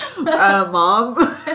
Mom